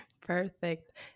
Perfect